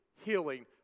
healing